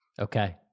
Okay